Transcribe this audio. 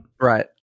right